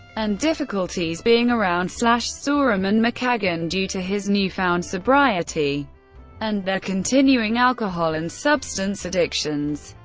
and difficulties being around slash, sorum, and mckagan, due to his new-found sobriety and their continuing alcohol and substance addictions.